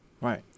Right